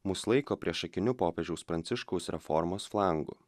mus laiko priešakiniu popiežiaus pranciškaus reformos flangu